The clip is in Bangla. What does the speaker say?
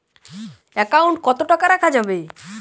একাউন্ট কত টাকা রাখা যাবে?